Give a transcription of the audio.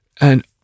And-